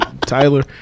Tyler